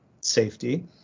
safety